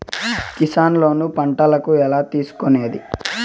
Kisan loan పంటలకు ఎలా తీసుకొనేది?